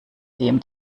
dem